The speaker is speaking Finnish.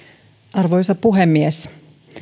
arvoisa puhemies